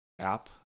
app